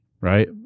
Right